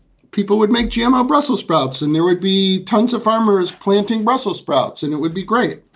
people would make gmo brussels sprouts and there would be tons of farmers planting brussel sprouts and it would be great.